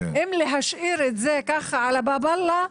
אם להשאיר את זה ככה עלא באב אללה,